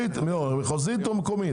מחוזית או מקומית?